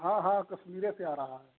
हाँ हाँ कश्मीर से आ रहा है